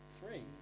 Three